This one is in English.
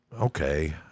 okay